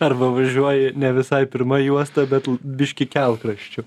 arba važiuoji ne visai pirma juosta bet l biškį kelkraščiu